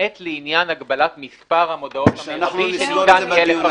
למעט לעניין הגבלת מספר המודעות המרבי שניתן יהיה לפרסם.